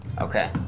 okay